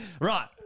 right